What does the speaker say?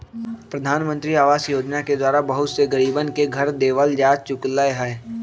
प्रधानमंत्री आवास योजना के द्वारा बहुत से गरीबन के घर देवल जा चुक लय है